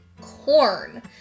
corn